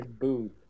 booth